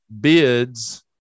bids